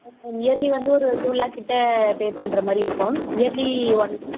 ஆம் ma'am early வந்து ஒரு டூ லேக் கிட்ட பே பண்ணுற மாதிரி இருக்கும் இயர்லி ஒன்ஸ்